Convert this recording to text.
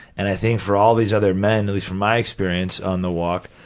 and i think for all these other men, at least from my experience on the walk,